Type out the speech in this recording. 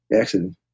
accident